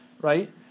right